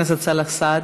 חבר הכנסת סאלח סעד,